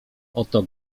oto